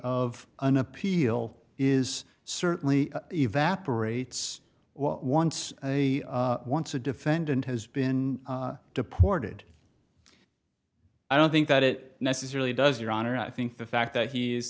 of an appeal is certainly evaporates well once a once a defendant has been deported i don't think that it necessarily does your honor i think the fact that he is